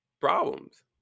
problems